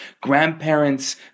grandparents